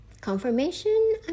confirmation